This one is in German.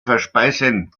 verspeisen